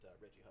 Reggie